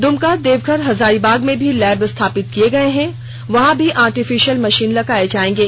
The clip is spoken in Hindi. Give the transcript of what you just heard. दुमका देवघर हजारीबाग में भी लैब स्थापित किया गया है वहां भी आर्टिफिशियल मशीन लगाये जाएंगे